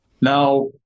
Now